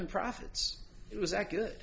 in profits it was accurate